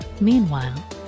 Meanwhile